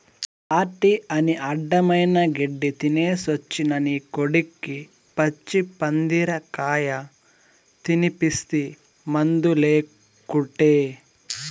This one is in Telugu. పార్టీ అని అడ్డమైన గెడ్డీ తినేసొచ్చిన నీ కొడుక్కి పచ్చి పరిందకాయ తినిపిస్తీ మందులేకుటే